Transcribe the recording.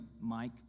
Mike